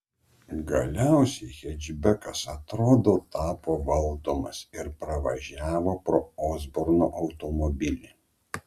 galiausiai hečbekas atrodo tapo valdomas ir pravažiavo pro osborno automobilį